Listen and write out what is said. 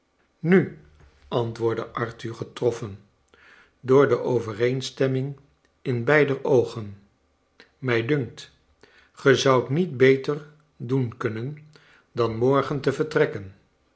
nu antwoordde arthur getroffen door de overeenstemming in beider oogen mij dunkt ge zoudt niet beter doen kunnen dan morgen te vertrekken